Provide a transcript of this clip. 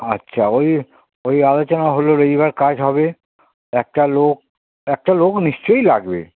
আচ্ছা ওই ওই আলোচনা হলো রবিবার কাজ হবে একটা লোক একটা লোক নিশ্চয়ই লাগবে